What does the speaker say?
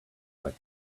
like